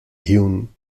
hyun